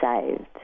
saved